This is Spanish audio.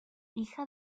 hija